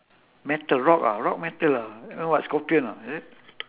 metal rock ah rock metal ah uh what scorpion ah is it